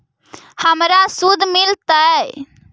हमरा शुद्ध मिलता?